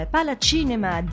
Palacinema